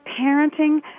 parenting